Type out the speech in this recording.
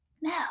No